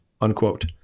unquote